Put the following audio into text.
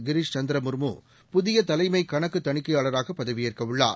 கிரிஷ் சந்திரமுர்மு புதியதலைமைகண்ககுத் தணிக்கையாளராகபதவியேற்கஉள்ளார்